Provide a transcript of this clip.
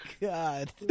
God